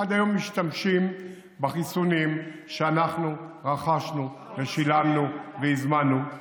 עד היום משתמשים בחיסונים שאנחנו רכשנו ושילמנו והזמנו,